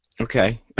Okay